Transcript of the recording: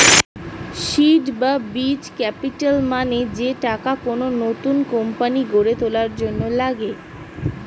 seed বা বীজ capital মানে যে টাকা কোন নতুন কোম্পানি গড়ে তোলার জন্য লাগে